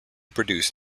produce